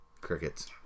Crickets